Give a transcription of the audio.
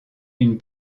une